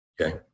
Okay